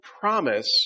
promise